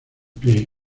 pie